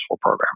program